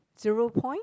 zero point